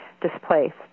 displaced